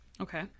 Okay